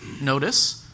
Notice